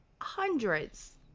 hundreds